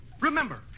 Remember